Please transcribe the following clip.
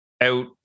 out